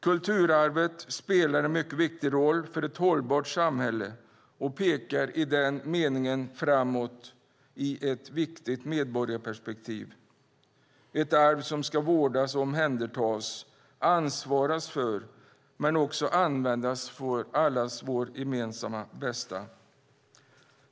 Kulturarvet spelar en mycket viktig roll för ett hållbart samhälle och pekar i den meningen framåt i ett viktigt medborgarperspektiv, ett arv som ska vårdas och omhändertas, ansvaras för men också användas för allas vårt gemensamma bästa.